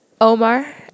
Omar